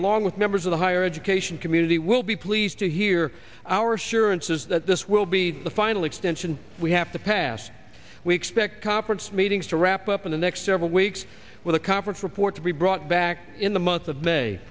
along with members of the higher education community will be pleased to hear our surance is that this will be the final extension we have to pass we expect conference meetings to wrap up in the next several weeks with a conference report to be brought back in the month of may